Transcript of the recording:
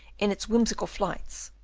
in its whimsical flights,